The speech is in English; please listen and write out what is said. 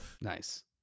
nice